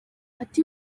ati